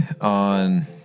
on